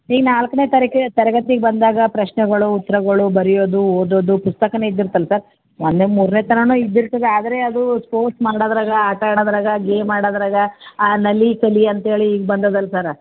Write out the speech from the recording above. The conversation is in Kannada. ಈಗ ನಾಲ್ಕನೇ ತರೀಕೆ ತರಗತಿಗೆ ಬಂದಾಗ ಪ್ರಶ್ನೆಗಳು ಉತ್ರಗಳು ಬರಿಯೋದು ಓದೋದು ಪುಸ್ತಕವೇ ಇದ್ದಿರ್ತಲ್ಲ ಸರ್ ಒಂದ್ನೇ ಮೂರನೇ ತನಾನು ಇದ್ದಿರ್ತದೆ ಆದರೆ ಅದು ಸ್ಪೋರ್ಟ್ಸ್ ಮಾಡೋದ್ರಾಗ ಆಟ ಆಡೋದ್ರಾಗ ಗೇಮ್ ಆಡೋದ್ರಾಗ ಆ ನಲಿ ಕಲಿ ಅಂತ್ಹೇಳಿ ಈಗ ಬಂದದಲ್ಲ ಸರ